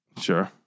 Sure